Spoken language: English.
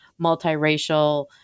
multiracial